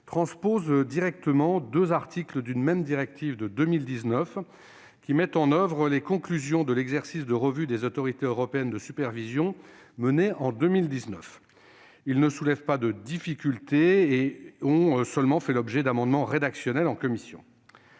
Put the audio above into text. transposent directement deux articles d'une même directive de 2019 qui mettent en oeuvre les conclusions de l'exercice de revue des autorités européennes de supervision mené en 2019. Ils ne soulèvent pas de difficultés et ont seulement fait l'objet d'amendements rédactionnels en commission.